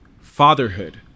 fatherhood